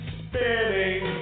spinning